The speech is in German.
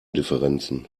differenzen